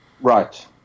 Right